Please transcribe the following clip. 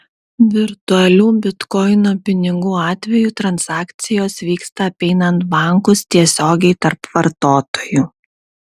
virtualių bitkoino pinigų atveju transakcijos vyksta apeinant bankus tiesiogiai tarp vartotojų